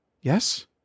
Yes